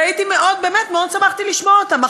ומאוד שמחתי לשמוע אותם.